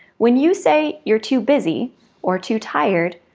when you say you're too busy or too tired,